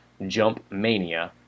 jumpmania